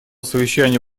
совещания